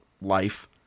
life